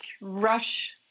rush